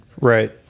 right